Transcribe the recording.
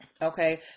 Okay